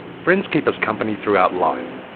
friends keep us company throughout life.